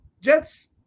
Jets